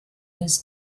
his